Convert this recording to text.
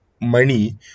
money